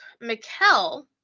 Mikkel